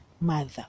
mother